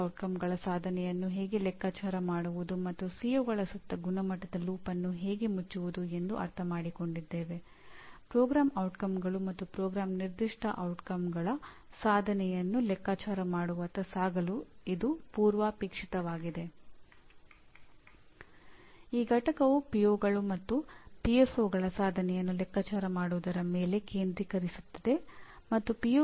ಶಾಲೆಗಳಾದ್ಯಂತ ವಿದ್ಯಾರ್ಥಿಗಳು ನಿಜವಾಗಿಯೂ ಕಲಿಯುತ್ತಿರುವ ವಿಷಯಗಳ ಬಗ್ಗೆ ಮಾಹಿತಿ ಪಡೆಯಲು ಉಪಕರಣಗಳನ್ನು ಅಭಿವೃದ್ಧಿಪಡಿಸುವ ಅಗತ್ಯಕ್ಕೆ ಪ್ರತಿಕ್ರಿಯೆಯಾಗಿ ಇದನ್ನು 1970ರ ದಶಕದಲ್ಲಿ ಪ್ರಸ್ತಾಪಿಸಲಾಯಿತು